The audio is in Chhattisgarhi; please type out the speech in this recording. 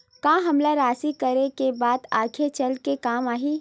का हमला राशि करे के बाद आगे चल के काम आही?